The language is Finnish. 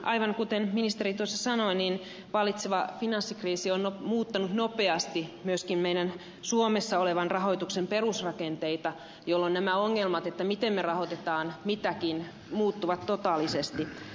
aivan kuten ministeri tuossa sanoi vallitseva finanssikriisi on muuttanut nopeasti myöskin meillä suomessa olevan rahoituksen perusrakenteita jolloin nämä ongelmat miten me rahoitamme mitäkin muuttuvat totaalisesti